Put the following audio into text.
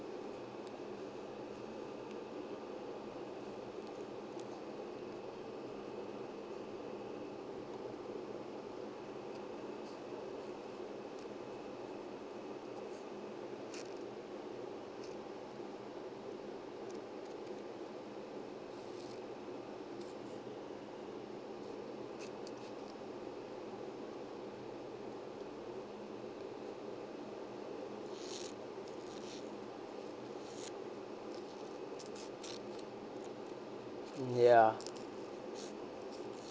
ya